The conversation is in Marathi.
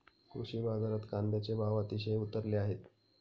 कृषी बाजारात कांद्याचे भाव अतिशय उतरले आहेत